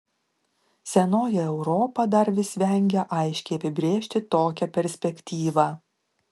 senoji europa dar vis vengia aiškiai apibrėžti tokią perspektyvą